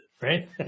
Right